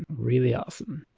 really awesome.